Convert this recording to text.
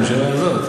זה הממשלה הזאת,